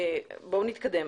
בואו נתקדם.